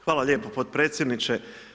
Hvala lijepo potpredsjedniče.